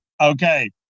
Okay